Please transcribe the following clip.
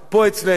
פה אצלנו.